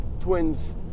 Twins